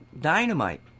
dynamite